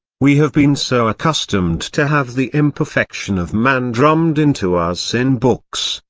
we have been so accustomed to have the imperfection of man drummed into us in books,